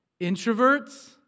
introverts